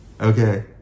Okay